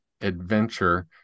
adventure